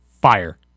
Fire